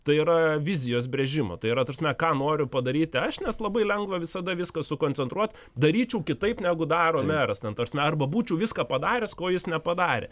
tai yra vizijos brėžimo tai yra ta prasme ką noriu padaryti aš nes labai lengva visada viską sukoncentruot daryčiau kitaip negu daro meras ten ta prasme arba būčiau viską padaręs ko jis nepadarė